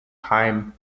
heim